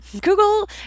Google